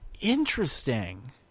Interesting